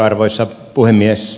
arvoisa puhemies